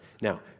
Now